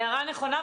הערה נכונה.